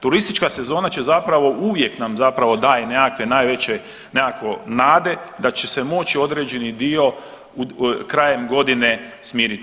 Turistička sezona će zapravo uvijek nam zapravo daje nekakve najveće, nekako nade da će se moći određeni dio krajem godine smiriti.